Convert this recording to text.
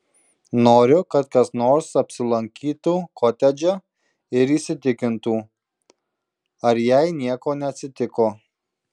noriu kad kas nors apsilankytų kotedže ir įsitikintų ar jai nieko neatsitiko